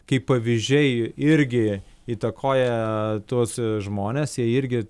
kaip pavyzdžiai irgi įtakoja tuos žmones jie irgi